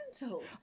mental